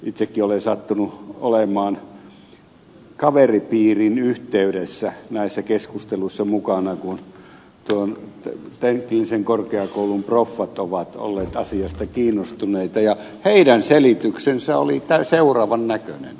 itsekin olen sattunut olemaan kaveripiirin yhteydessä näissä keskusteluissa mukana kun teknillisen korkeakoulun proffat ovat olleet asiasta kiinnostuneita ja heidän selityksensä oli seuraavan näköinen